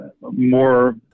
more